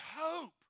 hope